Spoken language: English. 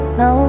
no